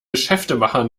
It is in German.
geschäftemacher